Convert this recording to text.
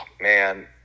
Man